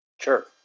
Sure